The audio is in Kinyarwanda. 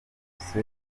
bose